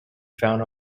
found